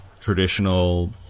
traditional